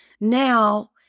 Now